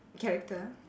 character